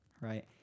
right